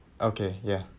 okay ya